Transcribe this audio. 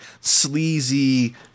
sleazy